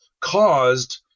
caused